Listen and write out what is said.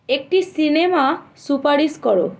একটি সিনেমা সুপারিশ করো